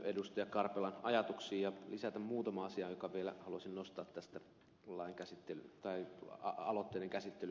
karpelan ajatuksiin ja lisätä muutaman asian jotka vielä haluaisin nostaa tähän aloitteiden käsittelyn yhteyteen